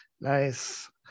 nice